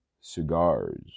cigars